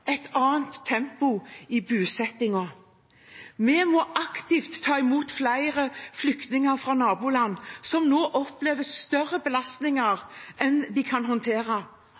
et annet tempo i bosettingen. Vi må aktivt ta imot flere flyktninger fra naboland som nå opplever større belastninger enn de kan håndtere.